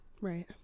Right